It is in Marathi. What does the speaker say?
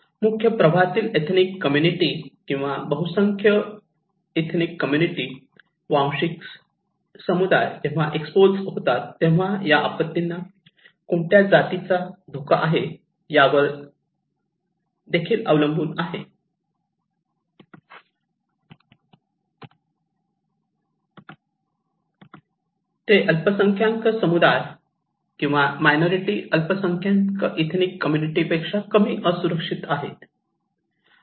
मुख्य प्रवाहातील एथनिक कम्युनिटी किंवा बहुसंख्य एथनिक कम्युनिटी वांशिक समुदाय जेव्हा एक्सपोज होतात तेव्हा या आपत्तींना कोणत्या जातीचा धोका आहे यावर देखील अवलंबून आहे ते अल्पसंख्याक समुदाय किंवा मायनॉरिटी अल्पसंख्याक एथनिक कम्युनिटी पेक्षा कमी असुरक्षित आहेत